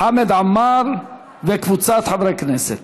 חמד עמאר וקבוצת חברי כנסת.